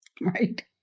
right